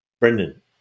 Brendan